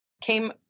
came